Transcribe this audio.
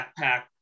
backpack